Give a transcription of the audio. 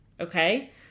Okay